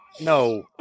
No